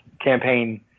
campaign